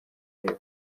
yepfo